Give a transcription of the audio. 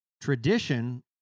tradition